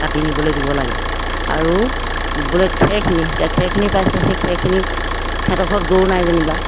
কাটি নিবলৈ দিব লাগে আৰু বোলে খেৰখিনি এতিয়া খেৰখিনি পাইছে সেই খেৰখিনি সিহঁতৰ ঘৰত গৰু নাই যেনিবা